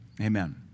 Amen